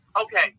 Okay